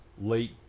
late